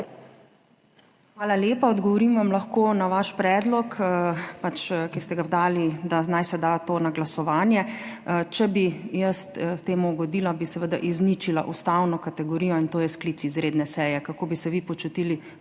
Hvala lepa. Odgovorim vam lahko na vaš predlog, ki ste ga dali, naj se da to na glasovanje. Če bi jaz temu ugodila, bi seveda izničila ustavno kategorijo, in to je sklic izredne seje. Kako bi se vi počutili,